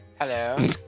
Hello